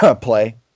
play